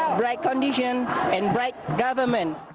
right conditions and right government.